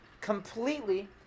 completely